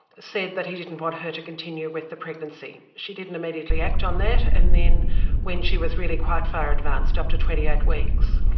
said that he didn't want her to continue with the pregnancy. she didn't immediately act on that. and then when she was really quite far advanced, up to twenty eight weeks,